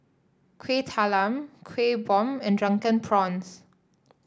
Kuih Talam Kuih Bom and Drunken Prawns